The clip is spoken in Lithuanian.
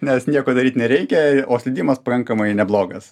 nes nieko daryt nereikia o slydimas pakankamai neblogas